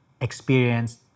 experienced